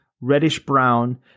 reddish-brown